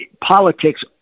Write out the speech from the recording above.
politics